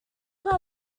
while